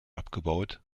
abgebaut